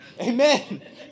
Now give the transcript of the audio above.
amen